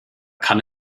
kann